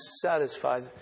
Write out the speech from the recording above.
satisfied